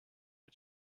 mit